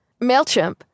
MailChimp